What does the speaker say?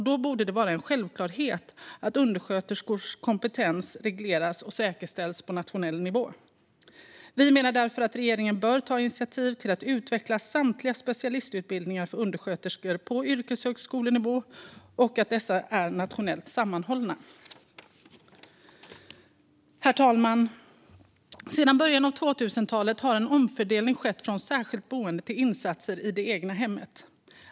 Då borde det vara en självklarhet att undersköterskors kompetens regleras och säkerställs på nationell nivå. Vi menar därför att regeringen bör ta initiativ till att utveckla samtliga specialistutbildningar för undersköterskor på yrkeshögskolenivå och att dessa ska vara nationellt sammanhållna. Herr talman! Sedan början av 2000-talet har en omfördelning skett från särskilt boende till insatser i det egna hemmet.